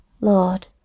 Lord